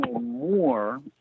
more